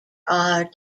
are